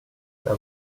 jag